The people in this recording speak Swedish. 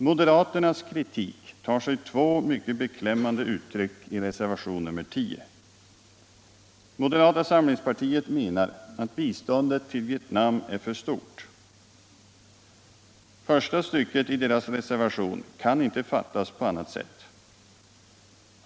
Moderaternas kritik tar sig två mycket beklämmande uttryck i reservationen 10. Moderata samlingspartiet menar att biståndet till Vietnam är för stort. Första stycket i dess reservation kan inte fattas på annat sätt.